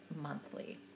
monthly